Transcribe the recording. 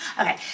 Okay